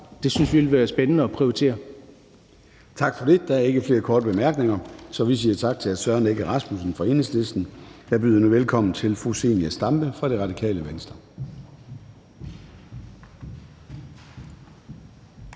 Det synes vi ville være spændende at prioritere. Kl. 14:10 Formanden (Søren Gade): Tak for det. Der er ikke flere korte bemærkninger, så vi siger tak til hr. Søren Egge Rasmussen fra Enhedslisten. Jeg byder nu velkommen til fru Zenia Stampe fra Radikale Venstre.